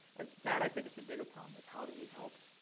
and that, i think, is the bigger problem, is, how do you help